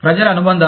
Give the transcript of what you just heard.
ప్రజల అనుబంధాలు